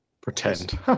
Pretend